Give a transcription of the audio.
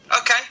Okay